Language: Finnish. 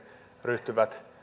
ryhtyvät